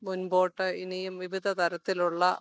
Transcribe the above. മുൻപോട്ട് ഇനിയും വിവിധതരത്തിലുള്ള